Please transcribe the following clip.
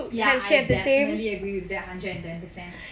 ya I definitely agree with that hundred and ten percent